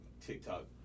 TikTok